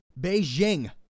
Beijing